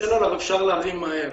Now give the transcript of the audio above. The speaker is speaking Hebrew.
סלולר אפשר להביא מהר,